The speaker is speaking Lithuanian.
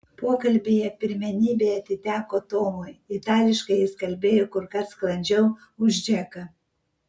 pokalbyje pirmenybė atiteko tomui itališkai jis kalbėjo kur kas sklandžiau už džeką